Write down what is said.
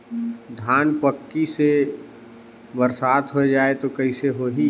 धान पक्की से बरसात हो जाय तो कइसे हो ही?